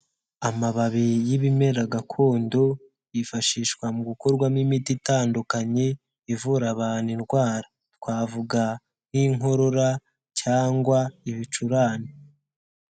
Amababi y'ibimera gakondo yifashishwa mu gukorwamo imiti itandukanye ivura abantu indwara, twavuga nk'inkorora cyangwa ibicurane.